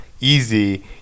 easy